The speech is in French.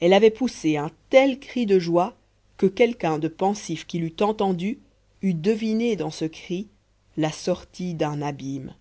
elle avait poussé un tel cri de joie que quelqu'un de pensif qui l'eût entendu eût deviné dans ce cri la sortie d'un abîme